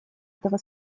этого